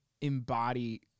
embody